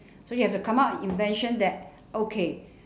so you've to come up an invention that okay